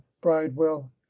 bridewell